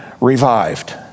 revived